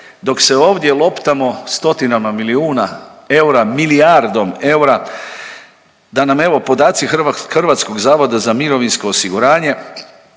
dok se ovdje loptamo stotinama milijuna eura, milijardom eura, da nam evo podaci HZMO-a govore da u Hrvatskoj imamo